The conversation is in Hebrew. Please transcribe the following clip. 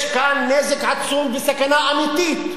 יש כאן נזק עצום וסכנה אמיתית,